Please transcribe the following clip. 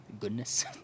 goodness